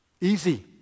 Easy